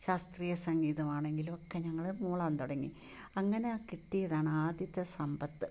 ശാസ്ത്രീയ സംഗീതമാണെങ്കിലും ഒക്കെ ഞങ്ങള് മൂളാൻ തുടങ്ങി അങ്ങനെ കിട്ടിയതാണ് ആദ്യത്തെ സമ്പത്ത്